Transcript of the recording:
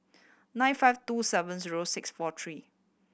nine five two seven zero six four three